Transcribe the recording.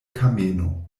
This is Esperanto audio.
kameno